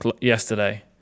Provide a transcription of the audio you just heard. yesterday